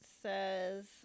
says